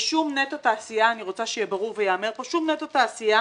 אני רוצה שיהיה ברור וייאמר פה, שום נטו תעשייה